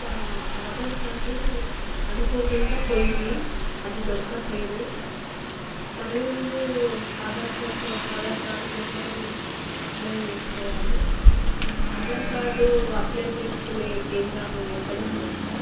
నా ఆధార్ కార్డు అనుకోకుండా పోయింది అది దొరకటం లేదు మళ్ళీ నేను ఆధార్ కోసం ఆధార్ కార్డు కోసం అప్లై చేసుకోవాలి ఆధార్ కార్డు అప్లై చేసుకునే కేంద్రాలు ఎక్కడ ఉన్నాయి అక్క